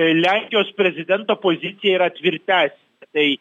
lenkijos prezidento pozicija yra tvirtesnė tai